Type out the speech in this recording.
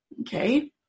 Okay